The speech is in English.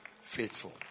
faithful